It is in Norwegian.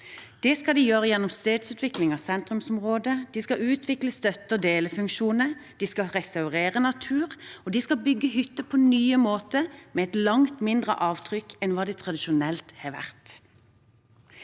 Det skal de gjøre gjennom stedsutvikling av sentrumsområdet. De skal utvikle støtte- og delefunksjoner. De skal restaurere natur, og de skal bygge hytter på nye måter, med langt mindre avtrykk enn det tradisjonelt har vært.